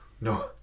no